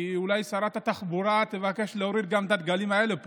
כי אולי שרת התחבורה תבקש להוריד גם את הדגלים האלה פה.